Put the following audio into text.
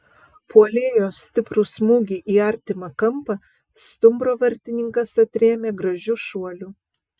puolėjo stiprų smūgį į artimą kampą stumbro vartininkas atrėmė gražiu šuoliu